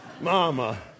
mama